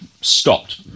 stopped